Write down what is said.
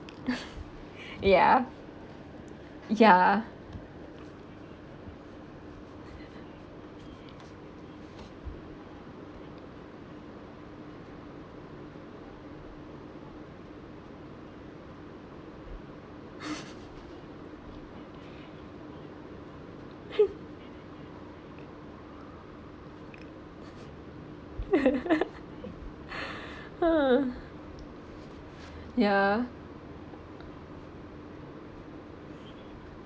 ya ya ya